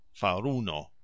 faruno